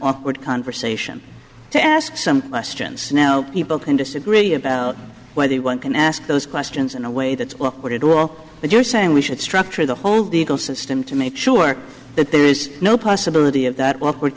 awkward conversation to ask some questions now people can disagree about whether one can ask those questions in a way that's where to draw but you're saying we should structure the whole legal system to make sure that there is no possibility of that awkward